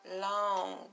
long